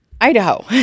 Idaho